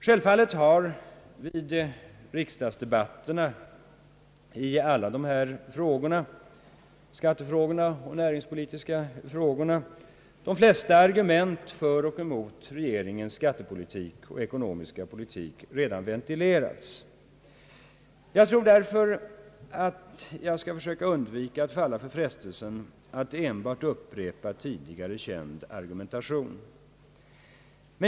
Självfallet har vid riksdagsdebatterna i alla dessa skattefrågor och näringspolitiska frågor de flesta argument för och emot regeringens skattepolitik och ekonomiska politik redan ventilerats. Jag skall därför söka undvika att falla för frestelsen att enbart upprepa tidigare känd argumentation.